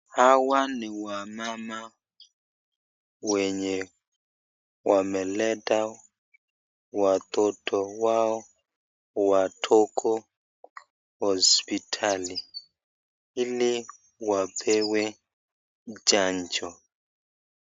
Hawa ni wamama wenye wameleta watoto wao wadogo hosiptali ili wapewe chanjo.